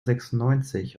sechsundneunzig